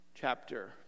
chapter